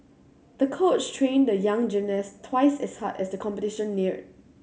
the coach trained the young gymnast twice as hard as the competition neared